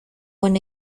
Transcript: con